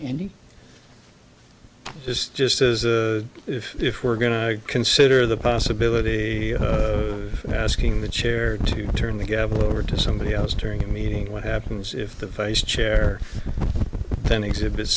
it's just as if if we're going to consider the possibility of asking the chair to turn the gavel over to somebody else during a meeting what happens if the vice chair then exhibits